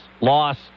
loss